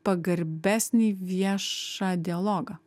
pagarbesnį viešą dialogą